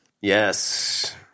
Yes